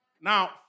Now